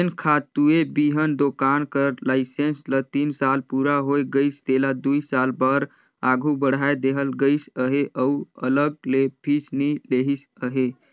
जेन खातूए बीहन दोकान कर लाइसेंस ल तीन साल पूरा होए गइस तेला दुई साल बर आघु बढ़ाए देहल गइस अहे अउ अलग ले फीस नी लेहिस अहे